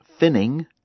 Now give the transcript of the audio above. finning